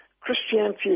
Christianity